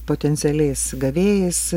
potencialiais gavėjas